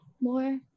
more